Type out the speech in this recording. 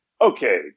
okay